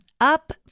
Up